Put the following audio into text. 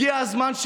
הגיע הזמן,